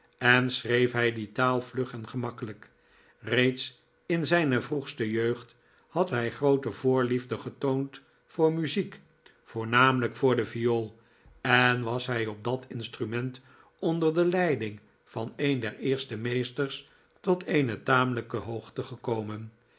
en schreef hij die taal vlug en gemakkelijk reeds in zijne vroegste jeugd had hij groote voorliefde getoond voor muziek voornamelijk voor de viool en was hij op dat instrument onder de leiding van een der eerste meesters tot eene tamelijke hoogte gekomen